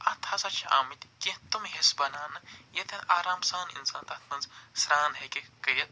اتھ ہَسا چھِ آمٕتۍ کیٚنٛہہ تِم حِصہٕ بناونہٕ ییٚتھٮ۪ن آرام سان اِناس اتھ منٛز سران ہیٚکہِ کٔرِتھ